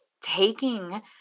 taking